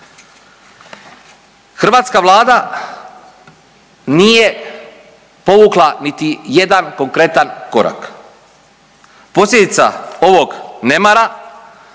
Hrvatska Vlada nije povukla niti jedan konkretan korak. Posljedica ovog nemara